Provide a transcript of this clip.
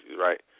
right